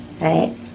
Right